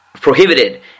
prohibited